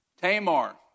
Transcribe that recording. Tamar